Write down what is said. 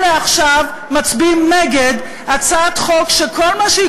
אלה עכשיו מצביעים נגד הצעת חוק שכל מה שהיא